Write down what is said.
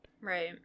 Right